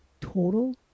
total